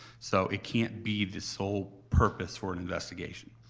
so it can't be the sole purpose for an investigation.